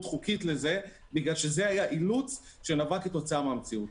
חוקית לזה מכיוון שזה היה אילוץ שנבע כתוצאה מהמציאות.